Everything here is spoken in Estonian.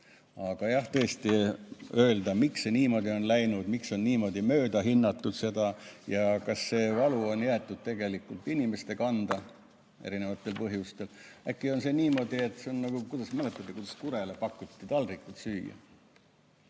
Aga jah, tõesti [tahaks] küsida, miks see niimoodi on läinud, miks on niimoodi mööda hinnatud ja kas see valu on jäetud tegelikult inimeste kanda erinevatel põhjustel. Äkki on niimoodi, et see on nagu, mäletate, kuidas kurele pakuti taldrikult süüa?